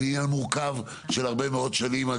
וזה עניין מורכב של הרבה מאוד שנים.